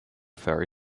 ferry